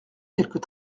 quelques